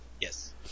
Yes